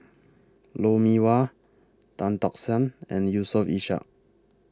Lou Mee Wah Tan Tock San and Yusof Ishak